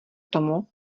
tomu